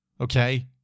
okay